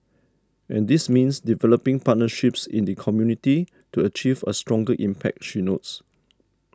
and this means developing partnerships in the community to achieve a stronger impact she notes